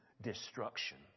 destruction